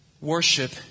Worship